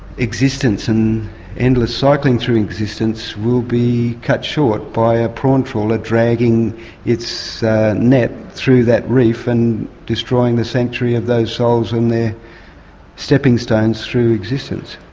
existence and endless cycling through existence will be cut short by a prawn trawler dragging its net through that reef and destroying the sanctuary of those souls and their stepping stones through existence.